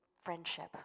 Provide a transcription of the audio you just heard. friendship